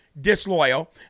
disloyal